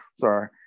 Sorry